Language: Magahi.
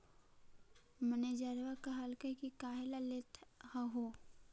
मैनेजरवा कहलको कि काहेला लेथ हहो?